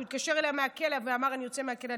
שהוא התקשר אליה מהכלא ואמר: אני יוצא מהכלא,